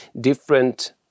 different